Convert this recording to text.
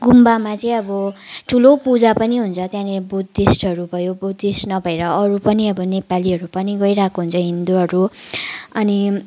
गुम्बामा चाहिँ अब ठुलो पूजा पनि हुन्छ त्यहाँनिर बुद्धिस्टहरू भयो बुद्धिस्ट नभएर अरू पनि अब नेपालीहरू पनि गइरहेको हुन्छ हिन्दुहरू अनि